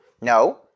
No